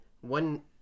one